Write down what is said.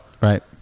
Right